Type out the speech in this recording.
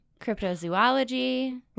cryptozoology